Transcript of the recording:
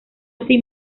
así